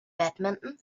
badminton